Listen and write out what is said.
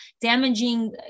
damaging